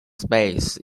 space